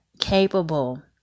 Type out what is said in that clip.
capable